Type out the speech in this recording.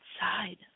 outside